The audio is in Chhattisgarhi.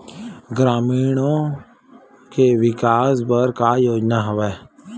ग्रामीणों के विकास बर का योजना हवय?